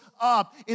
up